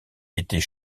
était